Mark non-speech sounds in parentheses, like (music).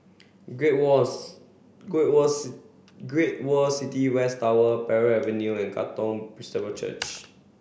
Great World's Great World' s Great World City West Tower Parry Avenue and Katong (unintelligible) Church